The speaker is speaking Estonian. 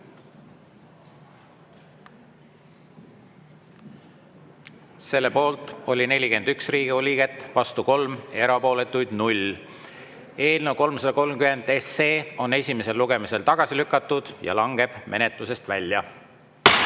Poolt oli 41 Riigikogu liiget, vastu 3, erapooletuid 0. Eelnõu 330 on esimesel lugemisel tagasi lükatud ja langeb menetlusest välja.